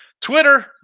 Twitter